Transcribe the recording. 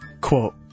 Quote